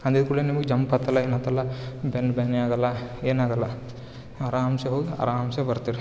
ಹಂದಿದ್ಕೂಡಲೆ ನಿಮಗೆ ಜಂಪ್ ಹತ್ತೊಲ್ಲ ಏನು ಹತ್ತೊಲ್ಲ ಬೆನ್ನು ಬೇನೆ ಆಗೋಲ್ಲ ಏನಾಗೊಲ್ಲ ಆರಾಮ್ಸೆ ಹೋಗಿ ಆರಾಮ್ಸೆ ಬರ್ತೀರ